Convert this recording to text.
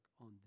on